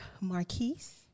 Marquise